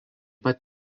pat